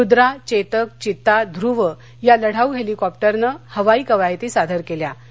रुद्रा चस्कि घिता ध्रव या लढाऊ हळिकॉप्टरन हवाई कवायती सादर कव्विा